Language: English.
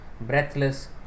breathless